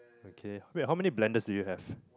okay wait how many blenders do you have